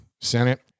Senate